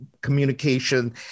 communication